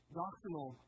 doctrinal